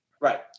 Right